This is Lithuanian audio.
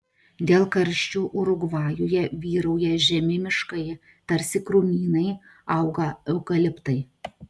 dėl karščių urugvajuje vyrauja žemi miškai tarsi krūmynai auga eukaliptai